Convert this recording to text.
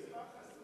זה מספר חסוי,